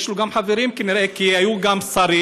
יש לו גם חברים כנראה, כי היו גם שרים,